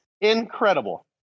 incredible